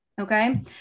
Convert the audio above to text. Okay